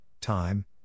time